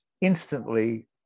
instantly